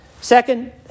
Second